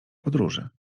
podróży